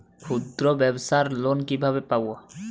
ক্ষুদ্রব্যাবসার লোন কিভাবে পাব?